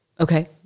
Okay